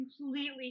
completely